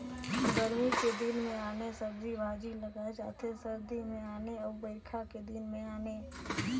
गरमी के दिन मे आने सब्जी भाजी लगाए जाथे सरदी मे आने अउ बइरखा के दिन में आने